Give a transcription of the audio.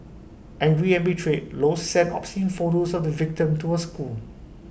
angry and betrayed low sent obscene photos of the victim to her school